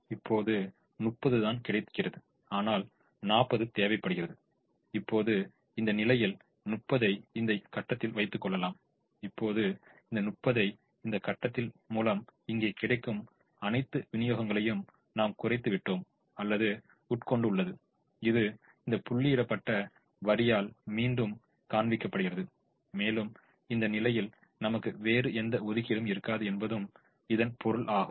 இப்போது 30 தான் கிடைக்கிறது ஆனால் 40 தேவைப்படுகிறது இப்போது இந்த நிலையில் 30 ஐ இந்த கட்டத்தில் வைத்து கொள்ளலாம் இப்போது இந்த 30 ஐ இந்த கட்டத்தின் மூலம் இங்கே கிடைக்கும் அனைத்து விநியோகங்களையும் நாம் குறைத்து விட்டோம் அல்லது உட்கொண்டு உள்ளது இது இந்த புள்ளியிடப்பட்ட வரியால் மீண்டும் காண்பிக்கப்படுகிறது மேலும் இந்த நிலையில் நமக்கு வேறு எந்த ஒதுக்கீடும் இருக்காது என்பதும் இதன் பொருளாகும்